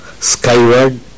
skyward